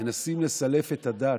מנסים לסלף את הדת.